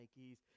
Nikes